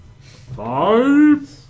Five